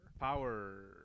Power